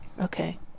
Okay